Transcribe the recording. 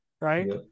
right